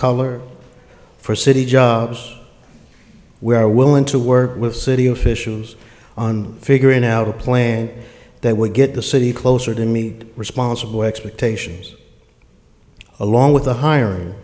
color for city we are willing to work with city officials on figuring out a plan that would get the city closer to me responsible expectations along with the hiring